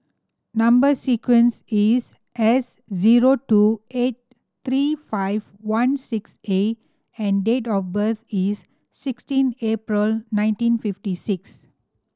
number sequence is S zero two eight three five one six A and date of birth is sixteen April nineteen fifty six